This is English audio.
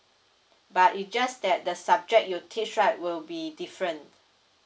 but it just that the subject you teach right will be different